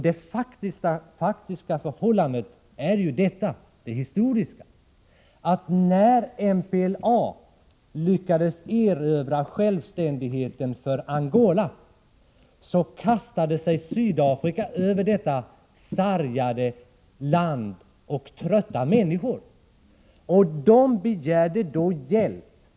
Det faktiska, historiska, förhållandet är ju att när MPLA lyckades erövra självständigheten för Angola så kastade sig Sydafrika över detta sargade land och dess trötta människor. De begärde då hjälp.